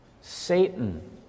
Satan